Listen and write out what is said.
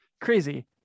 crazy